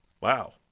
Wow